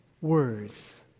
words